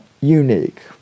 unique